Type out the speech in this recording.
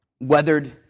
weathered